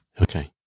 Okay